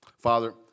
Father